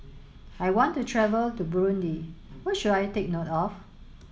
I want to travel to Burundi What should I take note of